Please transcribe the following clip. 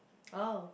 oh